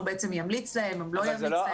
הוא ימליץ או לא ימליץ להם.